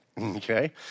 Okay